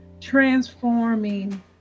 transforming